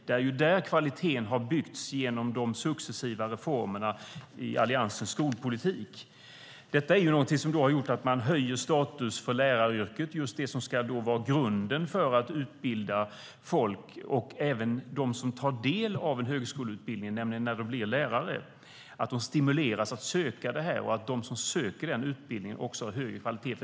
Det är där kvaliteten har byggts upp genom de successiva reformerna i Alliansens skolpolitik. Detta har gjort att man höjer statusen för läraryrket - det som ska vara grunden för att utbilda folk. Även de som tar del av en högskoleutbildning - när de blir lärare - stimuleras att söka, och de som söker utbildningen har högre kvalitet.